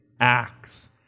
Acts